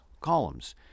columns